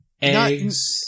eggs